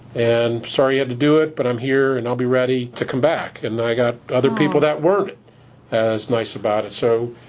and sorry you had to do it. but i'm here, and i'll be ready to come back. and i got other people that weren't as nice about it. so